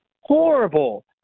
horrible